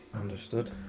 Understood